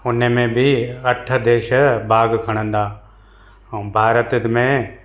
उन में बि अठ देश भाग खणंदा ऐं भारत में